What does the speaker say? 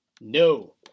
no